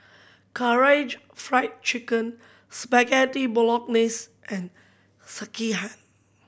Karaage Fried Chicken Spaghetti Bolognese and Sekihan